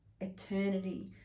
eternity